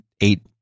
eight